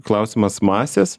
klausimas masės